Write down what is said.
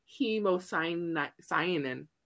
hemocyanin